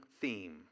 theme